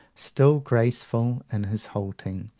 still graceful in his halting,